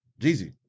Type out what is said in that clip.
Jeezy